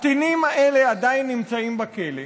הקטינים האלה עדיין נמצאים בכלא,